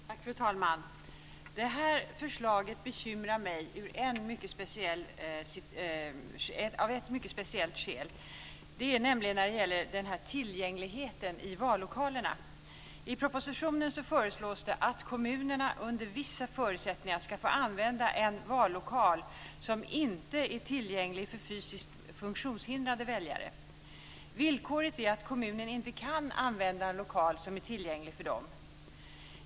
Fru talman! Detta förslag bekymrar mig av ett mycket speciellt skäl. Det gäller vallokalers tillgänglighet. I propositionen föreslås att kommunerna under vissa förutsättningar ska få använda en vallokal som inte är tillgänglig för fysiskt funktionshindrade väljare. Villkoret är att kommunen inte kan använda en lokal som är tillgänglig för dessa.